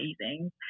amazing